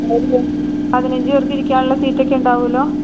പതിനഞ്ചു പേർക്കിരിക്കാനുള്ള സീറ്റൊക്കെ ഉണ്ടാകുമല്ലൊ